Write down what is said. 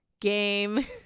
game